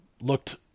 looked